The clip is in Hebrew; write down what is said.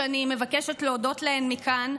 ואני מבקשת להודות להם מכאן.